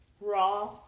raw